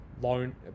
loan